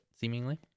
seemingly